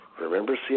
Remember